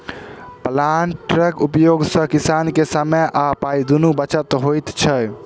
प्लांटरक उपयोग सॅ किसान के समय आ पाइ दुनूक बचत होइत छै